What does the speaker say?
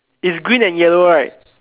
is green and yellow right